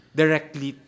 directly